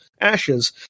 ashes